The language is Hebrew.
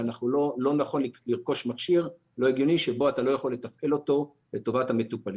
ולא נכון לרכוש מכשיר שאי אפשר לתפעל לטובת המטופלים.